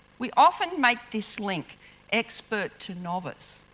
we often make this link expert to novice.